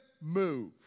move